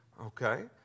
Okay